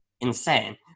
insane